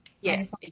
Yes